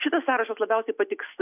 šitas sąrašas labiausiai patiks